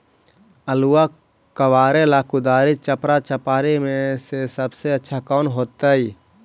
आलुआ कबारेला कुदारी, चपरा, चपारी में से सबसे अच्छा कौन होतई?